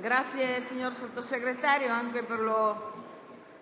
Grazie, signor Sottosegretario, anche per lo